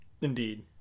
Indeed